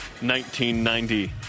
1990